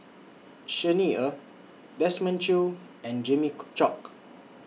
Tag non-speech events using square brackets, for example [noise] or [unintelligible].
Xi Ni Er Desmond Choo and Jimmy [unintelligible] Chok